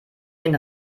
den